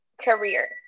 career